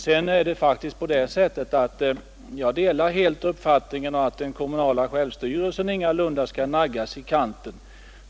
Sedan är det faktiskt på det sättet att jag helt delar uppfattningen att den kommunala självstyrelsen ingalunda skall naggas i kanten.